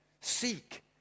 seek